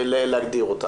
אותה.